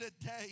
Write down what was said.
today